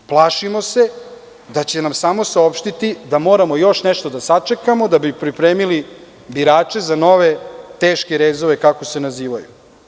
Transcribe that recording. Plašimo se da će nam samo saopštiti da moramo još nešto da sačekamo da bi pripremili birače za nove teške rezove, kako se nazivaju.